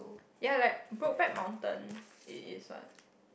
ya like Brokeback-Mountain it is what